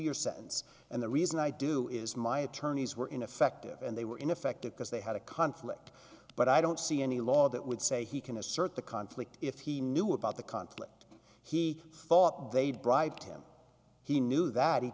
year sentence and the reason i do is my attorneys were ineffective and they were ineffective because they had a conflict but i don't see any law that would say he can assert the conflict if he knew about the conflict he thought they'd bribed him he knew that he